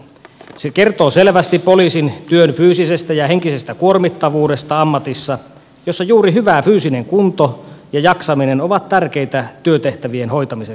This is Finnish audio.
se kertoo selvästi poliisin työn fyysisestä ja henkisestä kuormittavuudesta ammatissa jossa juuri hyvä fyysinen kunto ja jaksaminen ovat tärkeitä työtehtävien hoitamisen kannalta